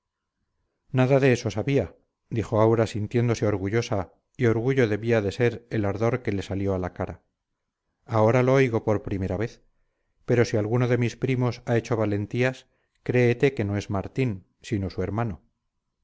nada de eso sabía dijo aura sintiéndose orgullosa y orgullo debía de ser el ardor que le salió a la cara ahora lo oigo por primera vez pero si alguno de mis primos ha hecho valentías créete que no es martín sino su hermano